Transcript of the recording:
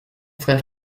frère